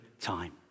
time